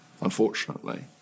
unfortunately